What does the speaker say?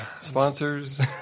Sponsors